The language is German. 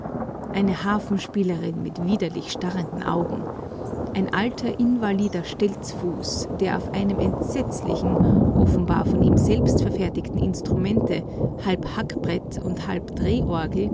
eine harfenspielerin mit widerlich starrenden augen ein alter invalider stelzfuß der auf einem entsetzlichen offenbar von ihm selbst verfertigten instrumente halb hackbrett und halb drehorgel